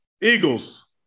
Eagles